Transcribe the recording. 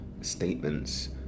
statements